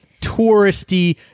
touristy